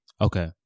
Okay